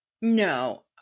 No